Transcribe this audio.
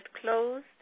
closed